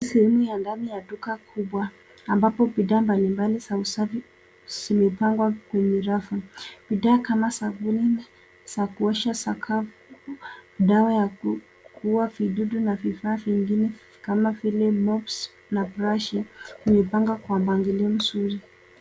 Sehemu ya ndani ya duka kubwa ambapo bidhaa mbalimbali za usafi zimepangwa kwenye rafu. Bidhaa kama sabuni za kuosha sakafu, dawa ya kuua vidudu na vifaa vingine kama vile mops na brashi imepangwa kwa mpangilio mzuri.